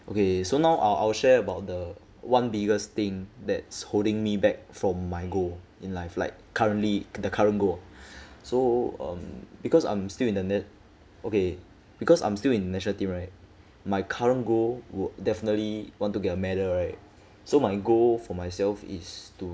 okay so now I I'll share about the one biggest thing that's holding me back from my goal in life like currently the current goal so um because I'm still in the nat~ okay because I'm still in national team right my current goal would definitely want to get a medal right so my goal for myself is to